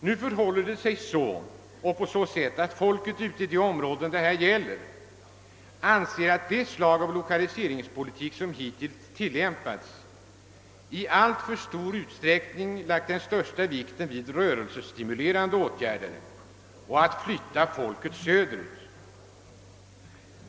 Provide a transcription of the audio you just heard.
Nu förhåller det sig på så sätt att folket i de områden det här gäller anser att det slag av lokaliseringspolitik som hittills tillämpats i alltför stor utsträckning lagt den största vikten vid rörelsestimulerande åtgärder — att flytta folket söderut.